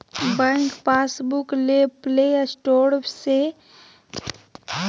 bank passbook ले play store से M passbook application download करे होतो